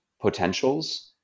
potentials